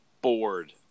bored